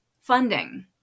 funding